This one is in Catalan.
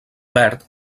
verd